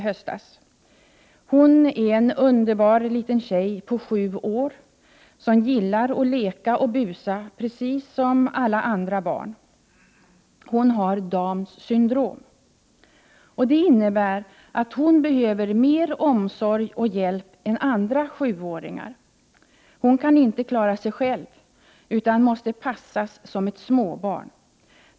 Hon är en underbar liten tjej på sju år. som gillar att leka och busa precis som alla andra barn. Hon har Downs syndrom. Det innebär att hon behöver mer omsorg och hjälp än andra 7-åringar. Hon kan inte klara sig själv, utan hon måste passas som ett småbarn.